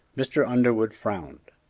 mr. underwood frowned.